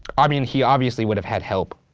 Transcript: i mean, he obviously would have had help.